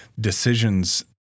decisions